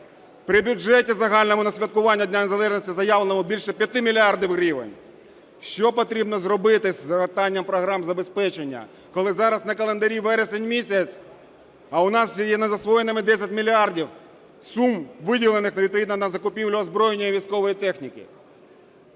при бюджеті загальному на святкування Дня незалежності заявленому більше 5 мільярдів гривень? Що потрібно зробити зі згортанням програм забезпечення? Коли зараз на календарі вересень місяць, а у нас є незасвоєними 10 мільярдів сум виділених відповідно на закупівлю озброєння і військової техніки.